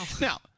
Now